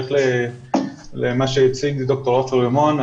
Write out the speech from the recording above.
שבהמשך למה שהציג דוקטור עופר רימון,